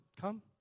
come